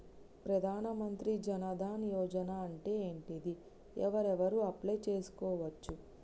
ప్రధాన మంత్రి జన్ ధన్ యోజన అంటే ఏంటిది? ఎవరెవరు అప్లయ్ చేస్కోవచ్చు?